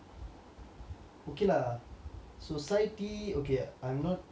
okay lah society okay I'm not very well known